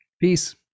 Peace